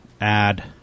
add